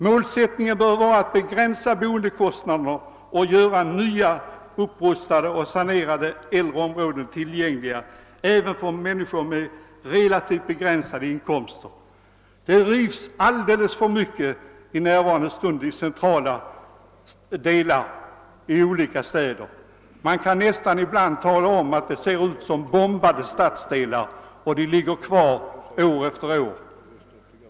Målsättningen bör vara att begränsa boendekostnaderna och göra nya upprustade och sanerade äldre områden tillgängliga även för människor med relativt begränsade inkomster. Det rivs alldeles för mycket i nuvarande stund i centrala delar i olika städer. Man kan nästan ibland tala om att det ser ut som om det vore bombade stadsdelar, som förblir oförändrade år efter år.